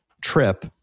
Trip